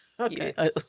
Okay